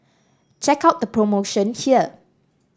check out the promotion here